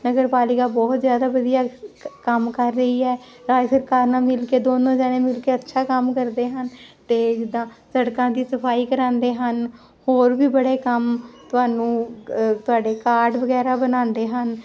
ਨਗਰ ਪਾਲਿਕਾ ਬਹੁਤ ਜਿਆਦਾ ਵਧੀਆ ਕੰਮ ਕਰ ਰਹੀ ਹੈ ਰਾਜ ਸਰਕਾਰ ਨਾਲ ਮਿਲ ਕੇ ਦੋਨੋਂ ਜਣੇ ਮਿਲ ਕੇ ਅੱਛਾ ਕੰਮ ਕਰਦੇ ਹਨ ਤੇ ਜਿਦਾਂ ਸੜਕਾਂ ਦੀ ਸਫਾਈ ਕਰਾਉਂਦੇ ਹਨ ਹੋਰ ਵੀ ਬੜੇ ਕੰਮ ਤੁਹਾਨੂੰ ਤੁਹਾਡੇ ਕਾਰਡ ਵਗੈਰਾ ਬਣਾਉਂਦੇ ਹਨ